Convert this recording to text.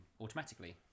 automatically